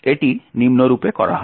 এটি নিম্নরূপে করা হয়